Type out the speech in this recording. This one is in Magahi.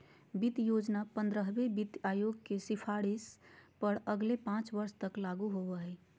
वित्त योजना पंद्रहवें वित्त आयोग के सिफारिश पर अगले पाँच वर्ष तक लागू होबो हइ